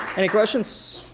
any questions?